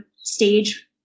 stage